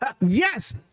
Yes